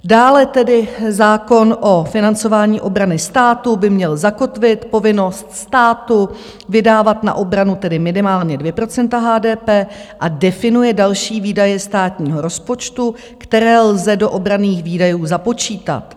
Dále tedy zákon o financování obrany státu by měl zakotvit povinnost státu vydávat na obranu tedy minimálně 2 % HDP a definuje další výdaje státního rozpočtu, které lze do obranných výdajů započítat.